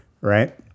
right